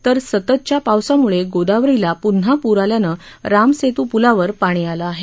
तर सततच्या पावसामुळे गोदावरील पुन्हा पूर आल्यानं रामसेतू पुलावर पाणी आलं आहे